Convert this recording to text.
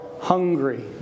hungry